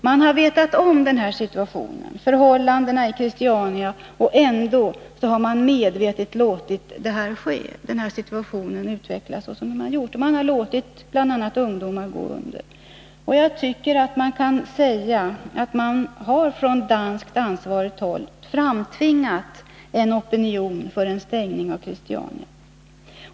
Man har känt till förhållandena i Christiania, och ändå har man medvetet låtit den här situationen utveckla sig. Man har låtit bl.a. ungdomar gå under. Jag tycker att det kan sägas att man på ansvarigt danskt håll framtvingat en opinion för en stängning av Christiania.